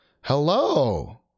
Hello